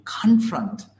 confront